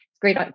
great